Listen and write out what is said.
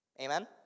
Amen